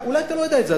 אולי אתה לא יודע את זה,